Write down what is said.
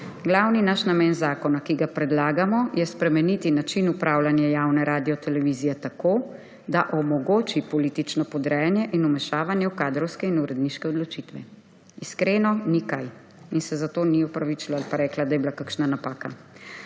»Glavni naš namen zakona, ki ga predlagamo, je spremeniti način upravljanja javne radiotelevizije tako, da omogoči politično podrejanje in vmešavanje v kadrovske in uredniške odločitve.« Iskreno, ni kaj. In se za to ni opravičila ali pa rekla, da je bila kakšna napaka.